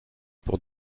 pour